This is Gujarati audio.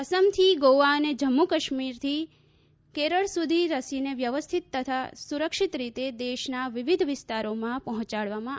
અસમથી ગોવા અને જમ્મુ કાશ્મીરથી કેરળ સુધી રસીને વ્યવસ્થિત તથા સુરક્ષિત રીતે દેશના વિવિધ વિસ્તારોમાં પહોંચાડવામાં આવી છે